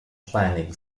planning